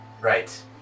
Right